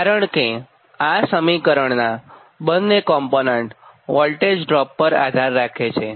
કારણ કે આ સમીકરણનાં બંને કોમ્પોનન્ટ વોલ્ટેજડ્રોપ પર આધાર રાખે છે